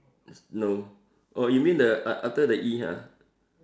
no oh you mean the uh after the E ha